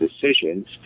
decisions